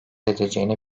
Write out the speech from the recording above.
edeceğini